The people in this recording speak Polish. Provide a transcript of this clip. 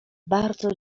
bardzo